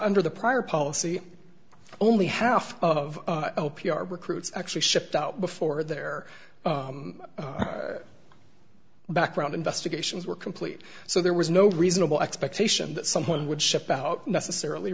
nder the prior policy only half of p r recruits actually shipped out before their background investigations were complete so there was no reasonable expectation that someone would ship out necessarily